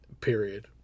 period